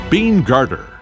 BeanGarter